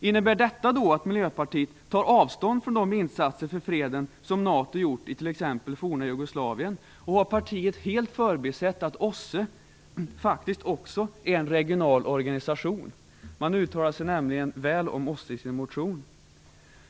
Innebär detta att Miljöpartiet tar avstånd från de insatser för freden som NATO gjort t.ex. i forna Jugoslavien? Har partiet helt förbisett att OSSE faktiskt också är en regional organisation? Man uttalar sig nämligen väl om OSSE i sin motion.